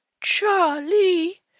Charlie